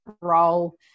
role